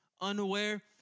unaware